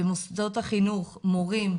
ומוסדות החינוך, מורים.